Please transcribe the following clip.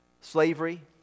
slavery